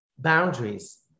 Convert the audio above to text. boundaries